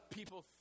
people